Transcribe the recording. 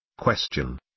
Question